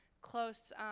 close